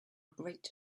great